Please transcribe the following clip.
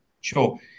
Sure